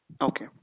okay